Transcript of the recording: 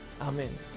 amen